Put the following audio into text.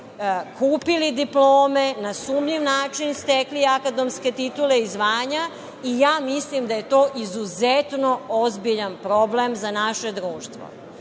kupili diplome, na sumnjiv način stekli akademske titule i zvanja i ja mislim da je to izuzetno ozbiljan problem za naše društvo. Problem